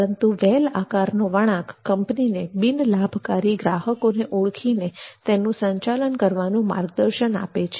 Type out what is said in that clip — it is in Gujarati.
પરંતુ વ્હેલ આકારનો વળાંક કંપનીને બિન લાભકારી ગ્રાહકોને ઓળખીને તેનું સંચાલન કરવાનું માર્ગદર્શન આપે છે